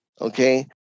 okay